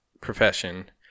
profession